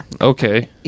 Okay